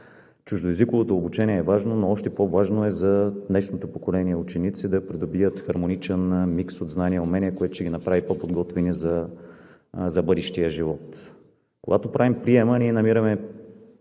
Чуждоезиковото обучение е важно, но още по-важно е за днешното поколение ученици да придобият хармоничен микс от знания и умения, които ще ги направят по подготвени за бъдещия живот. Когато правим приема, ние търсим